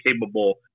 capable